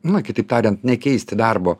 na kitaip tariant nekeisti darbo